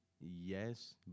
Yes